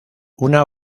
una